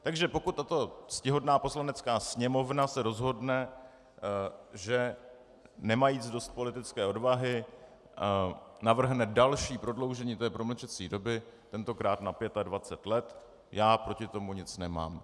Takže pokud tato ctihodná Poslanecká sněmovna se rozhodne, že nemajíc dost politické odvahy navrhne další prodloužení té promlčecí doby, tentokrát na pětadvacet let, já proti tomu nic nemám.